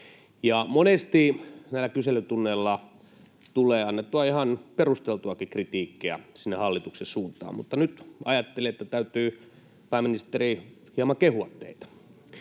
monesti näillä kyselytunneilla tulee annettua ihan perusteltuakin kritiikkiä sinne hallituksen suuntaan, mutta nyt ajattelin, että täytyy, pääministeri, hieman kehua teitä.